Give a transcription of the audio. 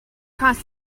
cross